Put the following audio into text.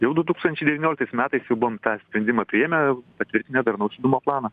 jau du tūkstančiai devynioliktais metais jau buvom tą sprendimą priėmę patvirtinę darnaus judumo planą